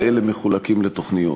ואלה מחולקים לתוכניות.